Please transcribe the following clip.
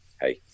hey